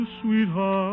sweetheart